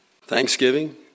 Thanksgiving